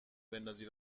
بندازی